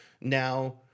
now